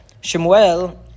Shemuel